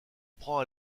prend